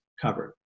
covered